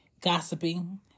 gossiping